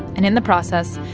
and in the process,